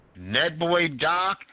NetBoyDoc